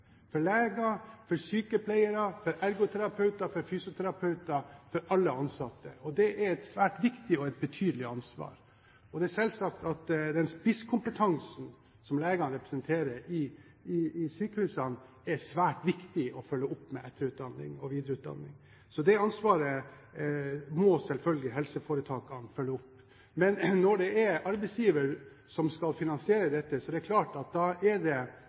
for leger, for sykepleiere, for ergoterapeuter, for fysioterapeuter, for alle ansatte. Det er et svært viktig og betydelig ansvar. Og det er selvsagt at den spisskompetansen som legene representerer i sykehusene, er det svært viktig å følge opp med etterutdanning og videreutdanning. Så det ansvaret må selvfølgelig helseforetakene følge opp. Men når det er arbeidsgiver som skal finansiere dette, er det klart at da er det